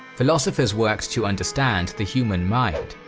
philosophers worked to understand the human mind.